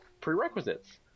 prerequisites